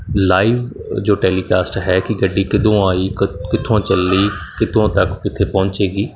live ਜੋ telecast ਹੈ ਕਿ ਗੱਡੀ ਕਦੋਂ ਆਈ ਕਿੱਥੋਂ ਚੱਲੀ ਕਿੱਥੋਂ ਤੱਕ ਕਿੱਥੇ ਪਹੁੰਚੇਗੀ